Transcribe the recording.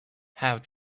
have